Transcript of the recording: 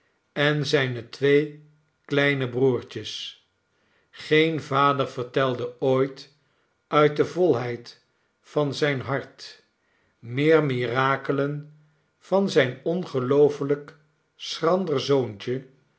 en zijne twee kleine broertjes geen vader vertelde ooit uit de volheid van zijn hart meer mirakelen van zijn ongeloofelijk schrander zoontje